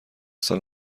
سال